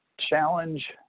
challenge